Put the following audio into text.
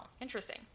interesting